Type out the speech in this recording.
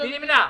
נכון.